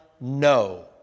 no